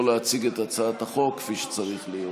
להציג את הצעת החוק כפי שצריך להיות.